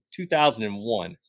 2001